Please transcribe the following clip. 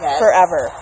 forever